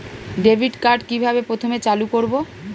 Debit card কিভাবে প্রথমে চালু করব?